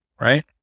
right